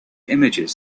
images